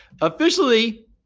Officially